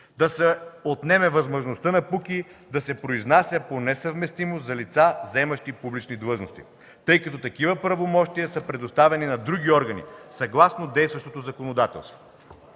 да се отнеме възможността на КПУКИ да се произнася по несъвместимост за лица, заемащи публични длъжности, тъй като такива правомощия са предоставени на други органи, съгласно действащото законодателство;